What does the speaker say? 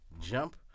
Jump